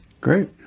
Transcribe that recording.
Great